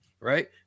right